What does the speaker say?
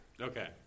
Okay